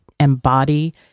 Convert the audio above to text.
embody